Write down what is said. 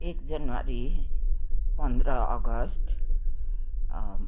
एक जनवरी पन्ध्र अगस्ट